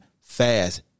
fast